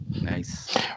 nice